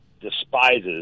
despises